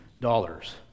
dollars